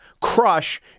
crush